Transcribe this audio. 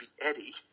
Eddie